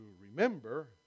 remember